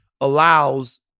allows